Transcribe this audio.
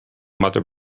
mother